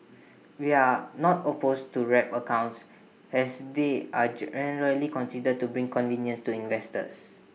we are not opposed to wrap accounts has they are generally considered to bring convenience to investors